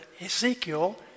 Ezekiel